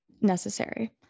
necessary